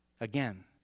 again